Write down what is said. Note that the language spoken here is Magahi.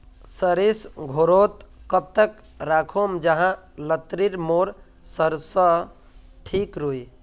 सरिस घोरोत कब तक राखुम जाहा लात्तिर मोर सरोसा ठिक रुई?